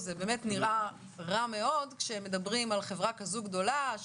זה באמת נראה רע מאוד כשמדברים על חברה כזו גדולה,